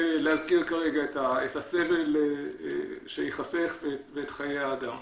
להזכיר כרגע את הסבל שייחסך ואת חיי האדם.